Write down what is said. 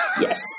Yes